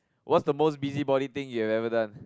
what's the most busybody thing you have ever done